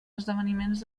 esdeveniments